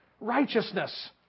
righteousness